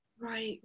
Right